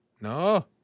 No